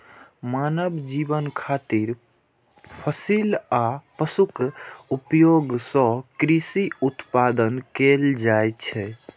मानव जीवन खातिर फसिल आ पशुक उपयोग सं कृषि उत्पादन कैल जाइ छै